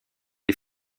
les